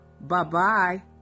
bye-bye